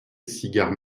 cigares